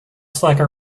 slacker